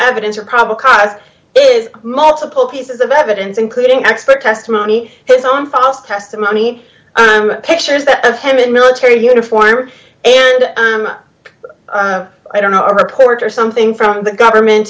evidence or probable cause is multiple pieces of evidence including expert testimony his own false testimony i'm pictures that of him in military uniform and i don't know a reporter something from the government